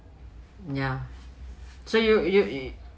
ya so you you you